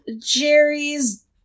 Jerry's